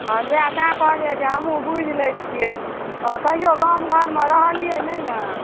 हँ वएह तैं कहलियै जे बुझि लै छियै कहियो गामघरमे रहलियै नहि ने